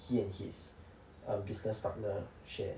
he and his um business partner share